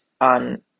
on